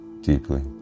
deeply